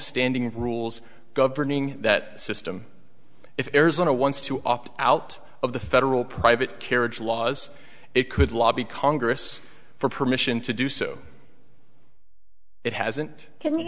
standing rules governing that system if arizona wants to opt out of the federal private carriage laws it could lobby congress for permission to do so it hasn't